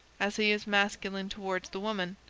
as he is masculine towards the woman.